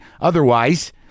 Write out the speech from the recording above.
otherwise